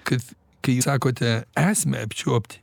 kad kai sakote esmę apčiuopt